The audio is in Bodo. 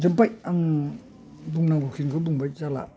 जोबबाय आं बुंनांगौखिनिखौ बुंबाय जाला